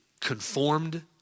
conformed